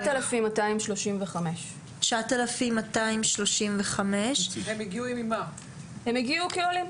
9,235. הם הגיעו כעולים.